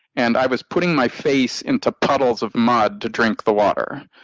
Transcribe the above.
and i was putting my face into puddles of mud to drink the water.